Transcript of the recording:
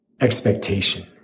expectation